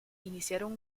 iniciaron